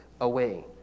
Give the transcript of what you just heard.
away